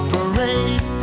Parade